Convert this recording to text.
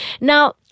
Now